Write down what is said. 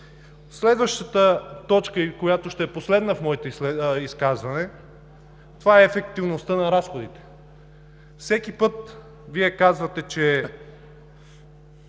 Следващата точка, която ще е последна в моето изказване, това е ефективността на разходите. Всеки път Вие казвате, че